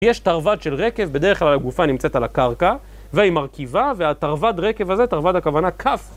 יש תרווד של רקב, בדרך כלל הגופה נמצאת על הקרקע והיא מרכיבה, והתרווד רקב הזה, תרווד הכוונה כף